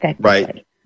Right